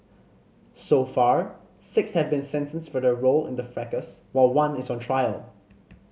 so far six have been sentenced for their role in the fracas while one is on trial